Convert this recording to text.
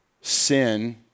sin